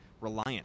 reliant